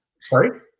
Sorry